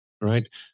right